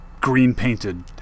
green-painted